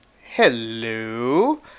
Hello